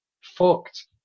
fucked